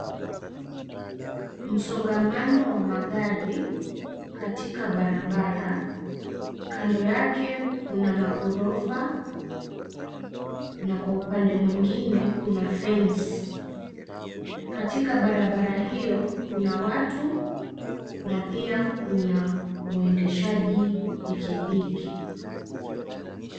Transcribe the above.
Msongamano wa magari katika barabara. Kando yake kuna maghorofa na kwa upande mwengine kuna fence . Katika barabara hio kuna watu na pia kuna mwendeshaji pikipiki.